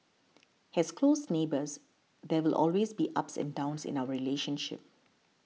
as close neighbours there will always be ups and downs in our relationship